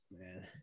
man